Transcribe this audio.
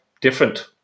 different